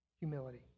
Humility